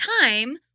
time